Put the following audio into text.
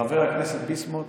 חבר הכנסת ביסמוט,